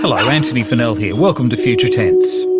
hello, antony funnell here, welcome to future tense